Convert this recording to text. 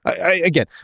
Again